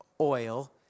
oil